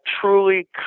truly